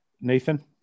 Nathan